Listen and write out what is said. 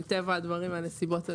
ומטבע הדברים והנסיבות,